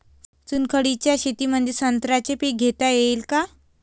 चुनखडीच्या मातीमंदी संत्र्याचे पीक घेता येईन का?